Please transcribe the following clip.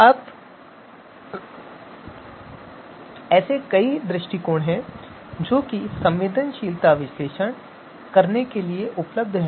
अब ऐसे कई दृष्टिकोण हैं जो संवेदनशीलता विश्लेषण करने के लिए उपलब्ध हैं